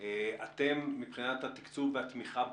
מבחינת התקצוב והתמיכה בכם,